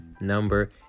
number